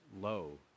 low